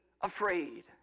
afraid